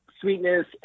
sweetness